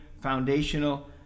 foundational